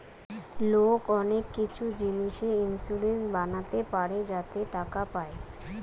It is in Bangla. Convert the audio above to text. লোক অনেক কিছু জিনিসে ইন্সুরেন্স বানাতে পারে যাতে টাকা পায়